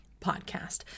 podcast